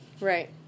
Right